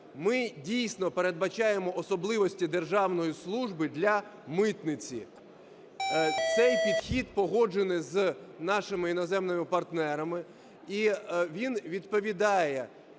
Ми, дійсно, передбачаємо особливості державної служби для митниці. Цей підхід погоджений з нашими іноземними партнерами, і він відповідає